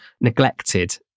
neglected